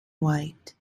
white